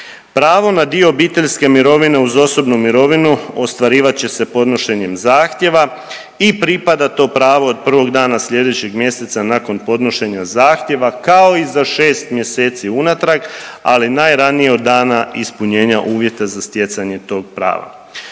Pravo na dio obiteljske mirovine uz osobnu mirovinu ostvarivat će se podnošenjem zahtjeva i pripada to pravo od prvog dana slijedećeg mjeseca nakon podnošenja zahtjeva kao i za 6 mjeseci unatrag, ali najranije od dana ispunjenja uvjeta za stjecanje tog prava.